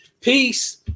Peace